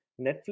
Netflix